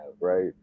right